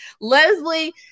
Leslie